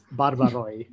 barbaroi